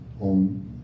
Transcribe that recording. on